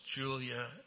Julia